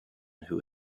who